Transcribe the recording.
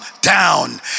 down